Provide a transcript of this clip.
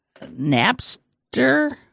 Napster